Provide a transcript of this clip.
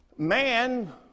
Man